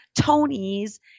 Tony's